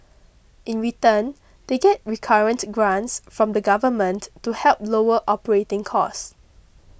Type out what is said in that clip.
in return they get recurrent grants from the government to help lower operating costs